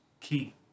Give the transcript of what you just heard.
key